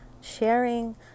Sharing